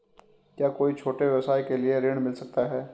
क्या कोई छोटे व्यवसाय के लिए ऋण मिल सकता है?